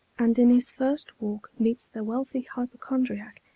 and in his first walk meets the wealthy hypochondriac,